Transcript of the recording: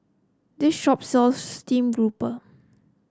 this shop sells stream grouper